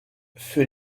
für